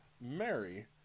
Mary